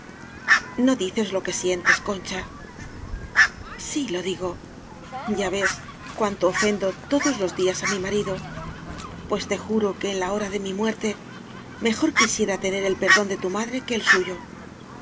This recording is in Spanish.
no dices lo que sientes concha si lo digo ya ves cuánto ofendo to dos los días á mi marido pues te juro que en la hora de mi muerte mejor qui siera tener el perdón de tu madre que el suyo